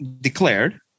declared